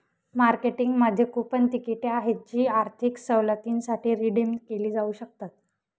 मार्केटिंगमध्ये कूपन तिकिटे आहेत जी आर्थिक सवलतींसाठी रिडीम केली जाऊ शकतात